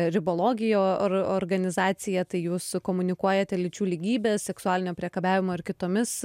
ribologijo or organizacija tai jūs komunikuojate lyčių lygybės seksualinio priekabiavimo ir kitomis